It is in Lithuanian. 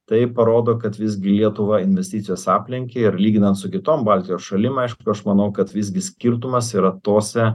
tai parodo kad visgi lietuvą investicijos aplenkė ir lyginant su kitom baltijos šalim aišku aš manau kad visgi skirtumas yra tose